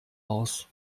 aus